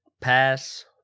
pass